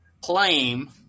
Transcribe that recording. claim